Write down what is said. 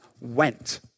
went